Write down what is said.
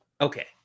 Okay